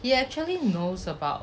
you actually knows about